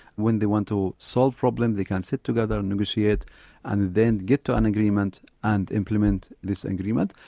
when they want to solve problems they can sit together and negotiate and then get to an agreement and implement this agreement.